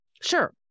Sure